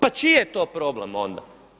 Pa čiji je to problem onda?